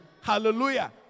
Hallelujah